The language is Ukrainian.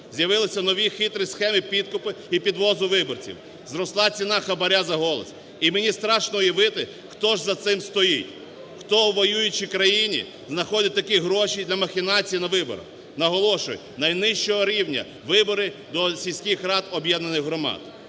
З'явилися нові хитрі схеми підкупу і підвозу виборців, зросла ціна хабара за голос. І мені страшно уявити, хто ж за цим стоїть, хто в воюючій країні знаходить такі гроші для махінацій на виборах. Наголошую, найнижчого рівня вибори: до сільських об'єднаних громад.